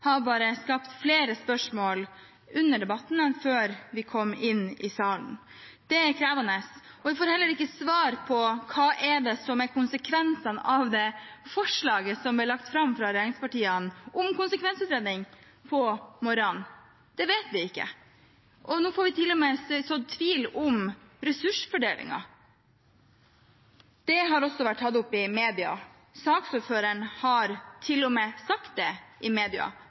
bare har skapt flere spørsmål enn vi hadde før vi kom inn i salen. Det er krevende, og vi får heller ikke svar på hva som er konsekvensen av det forslaget som ble lagt fram av regjeringspartiene i morges om konsekvensutredning. Det vet vi ikke. Og nå får vi til og med sådd tvil om ressursfordelingen. Det har også vært tatt opp i media. Saksordføreren har til og med sagt det i media